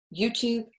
YouTube